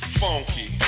funky